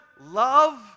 love